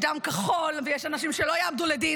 יש דם כחול ויש אנשים שלא יעמדו לדין.